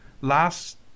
last